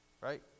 Right